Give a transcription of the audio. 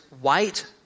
white